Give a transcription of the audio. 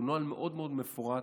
הוא נוהל מאוד מאוד מפורט,